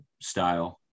style